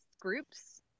groups